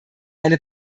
eine